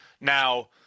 now